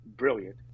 brilliant